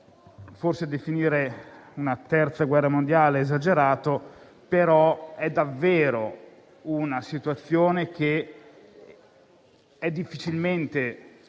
Forse definirla una terza guerra mondiale è esagerato, però è davvero una situazione difficilmente